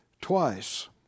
twice